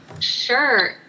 Sure